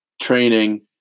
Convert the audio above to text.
training